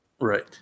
Right